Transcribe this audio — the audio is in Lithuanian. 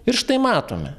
ir štai matome